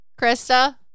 Krista